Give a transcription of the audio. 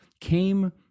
came